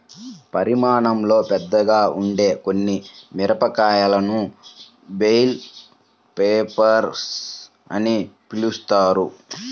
పరిమాణంలో పెద్దగా ఉండే కొన్ని మిరపకాయలను బెల్ పెప్పర్స్ అని పిలుస్తారు